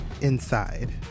inside